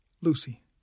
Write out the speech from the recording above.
Lucy